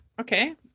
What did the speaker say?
okay